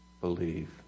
believe